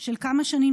של כמה שנים,